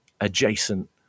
adjacent